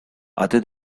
other